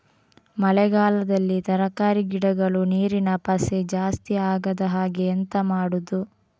ಮಳೆಗಾಲದಲ್ಲಿ ತರಕಾರಿ ಗಿಡಗಳು ನೀರಿನ ಪಸೆ ಜಾಸ್ತಿ ಆಗದಹಾಗೆ ಎಂತ ಮಾಡುದು?